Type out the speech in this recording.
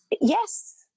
Yes